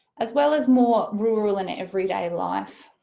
as well as more rural in everyday life.